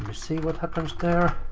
see what happens there.